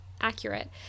accurate